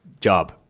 job